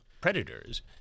predators